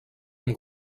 amb